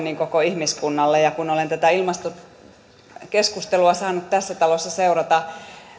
myös koko ihmiskunnalle ja kun olen tätä ilmastokeskustelua saanut tässä talossa seurata